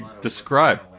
describe